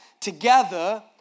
together